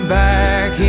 back